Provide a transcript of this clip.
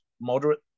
moderate